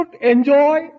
enjoy